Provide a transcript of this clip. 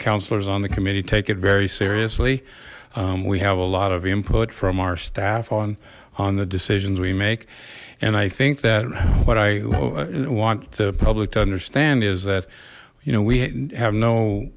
councillors on the committee take it very seriously we have a lot of input from our staff on on the decisions we make and i think that what i want the public to understand is that you know we have no